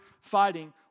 fighting